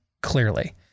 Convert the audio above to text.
clearly